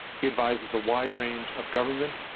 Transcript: he advises a wide range of government,